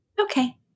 Okay